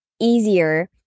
easier